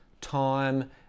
time